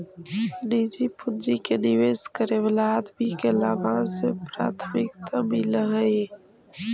निजी पूंजी के निवेश करे वाला आदमी के लाभांश में प्राथमिकता मिलऽ हई